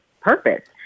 purpose